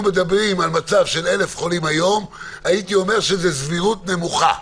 מדברים על מצב של 1,000 חולים היום הייתי אומר שזו סבירות נמוכה,